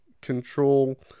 control